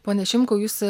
pone šimkau jūs